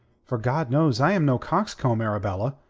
for, god knows, i am no coxcomb, arabella.